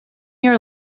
your